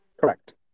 Correct